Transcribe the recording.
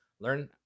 Learn